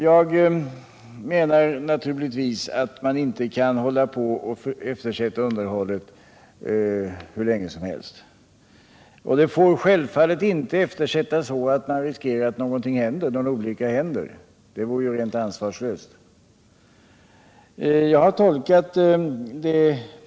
Jag menar naturligtvis att man inte kan eftersätta underhållet hur länge som helst och självfallet inte så att man riskerar att en olycka händer. Det vore rent ansvarslöst.